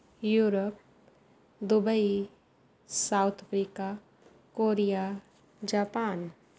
Europe Dubai South Africa Korea Japan